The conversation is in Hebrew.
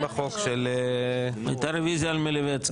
של --- הייתה רוויזיה על מלביצקי?